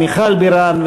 מיכל בירן,